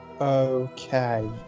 Okay